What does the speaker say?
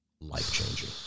Life-changing